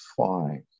five